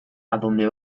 adonde